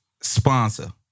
sponsor